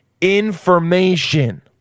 information